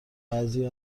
بعضی